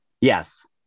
Yes